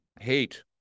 hate